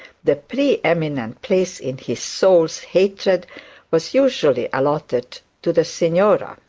the pre-eminent place in his soul's hatred was usually allotted to the signora.